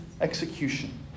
execution